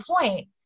point